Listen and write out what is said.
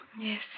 Yes